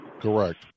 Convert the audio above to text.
Correct